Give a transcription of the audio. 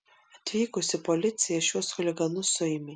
atvykusi policija šiuos chuliganus suėmė